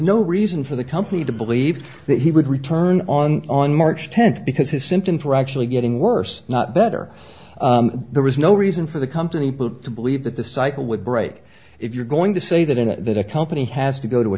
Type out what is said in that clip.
no reason for the company to believe that he would return on on march tenth because his symptoms were actually getting worse not better there was no reason for the company to believe that the cycle would break if you're going to say that in it that a company has to go to a